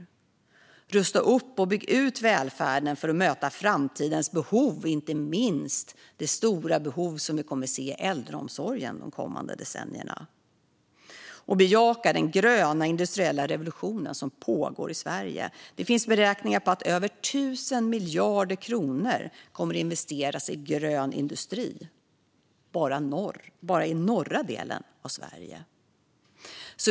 Vi ska rusta upp och bygga ut välfärden för att möta framtidens behov, inte minst det stora behov som vi kommer att se i äldreomsorgen de kommande decennierna. Vi ska också bejaka den gröna industriella revolution som pågår i Sverige. Det finns beräkningar på att över 1 000 miljarder kronor kommer att investeras i grön industri, bara i norra delen av Sverige.